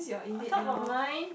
I thought about mine